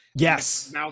Yes